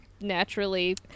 naturally